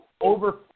over